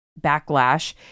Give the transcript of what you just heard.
backlash